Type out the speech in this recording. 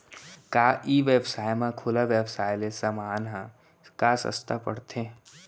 का ई व्यवसाय म खुला व्यवसाय ले समान ह का सस्ता पढ़थे?